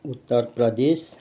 Uttar Pradesh